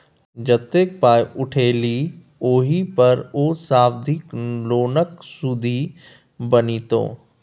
जतेक पाय उठेलही ओहि पर ओ सावधि लोनक सुदि बनितौ